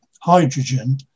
hydrogen